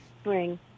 spring –